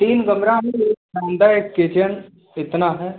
तीन कमरा में एक बरामदा एक किचन इतना है